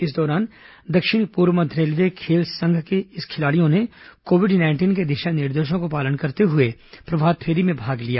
इस दौरान दक्षिण पूर्व मध्य रेलवे खेल संघ के खिलाड़ियों ने कोविड नाइंटीन के दिशा निर्देशों का पालन करते हुए प्रभात फेरी में भाग लिया